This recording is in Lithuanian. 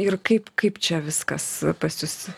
ir kaip kaip čia viskas pas jus